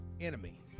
enemy